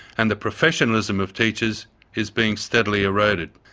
and the professionalism of teachers is being steadily eroded.